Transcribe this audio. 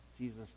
Jesus